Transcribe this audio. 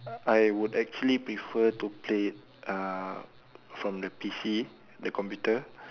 I would actually prefer to play it uh from the P_C the computer